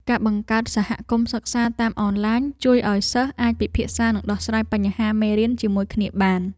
ការបង្កើតសហគមន៍សិក្សាតាមអនឡាញ ជួយឱ្យសិស្សអាចពិភាក្សានិងដោះស្រាយបញ្ហាមេរៀនជាមួយគ្នាបាន។